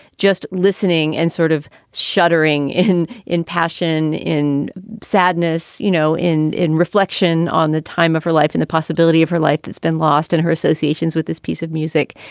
just listening and sort of shuddering in in passion, in sadness, you know, in in reflection on the time of her life and the possibility of her life that's been lost in her associations with this piece of music.